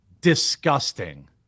disgusting